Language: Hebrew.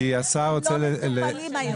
כי השר רוצה --- הם לא מטופלים היום.